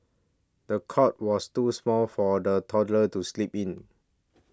the cot was too small for the toddler to sleep in